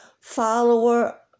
follower